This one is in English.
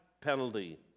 penalty